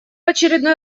очередной